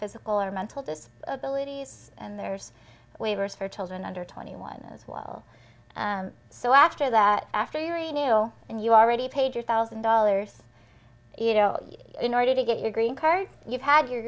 physical or mental this abilities and there's waivers for children under twenty one as well so after that after you and you already paid your thousand dollars you know in order to get your green card you've had your